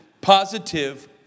positive